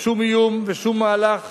ושום איום ושום מהלך